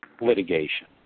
litigation